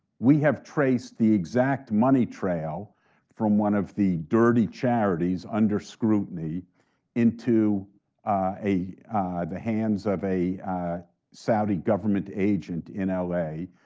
we have traced the exact money trail from one of the dirty charities under scrutiny into the hands of a saudi government agent in l a.